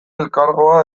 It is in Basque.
elkargoa